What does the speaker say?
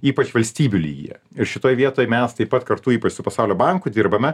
ypač valstybių lygyje ir šitoj vietoj mes taip pat kartu ypač su pasaulio banku dirbame